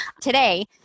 today